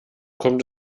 kommt